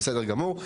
בסדר גמור.